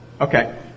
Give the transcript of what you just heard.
Okay